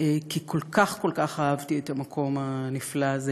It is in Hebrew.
כי כל כך כל כך אהבתי את המקום הנפלא הזה,